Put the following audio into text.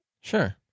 Sure